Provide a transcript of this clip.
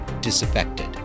disaffected